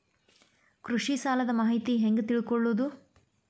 ಕೃಷಿ ಸಾಲದ ಮಾಹಿತಿ ಹೆಂಗ್ ತಿಳ್ಕೊಳ್ಳೋದು?